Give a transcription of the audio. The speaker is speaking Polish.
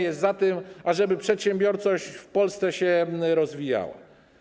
Jest za tym, żeby przedsiębiorczość w Polsce się rozwijała.